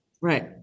Right